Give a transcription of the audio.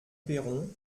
perron